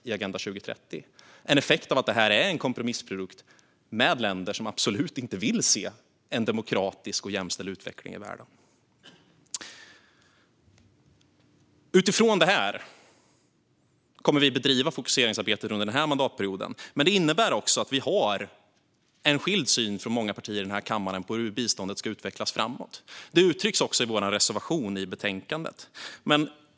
Det är en effekt av att det är en kompromissprodukt med länder som absolut inte vill se en demokratisk och jämställd utveckling i världen. Utifrån detta kommer vi att bedriva fokuseringsarbetet under den här mandatperioden. Det innebär också att vi har en syn som skiljer sig från många andra partier här i kammaren när det gäller hur biståndet ska utvecklas framöver. Det uttrycks också i vår reservation i betänkandet.